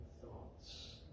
thoughts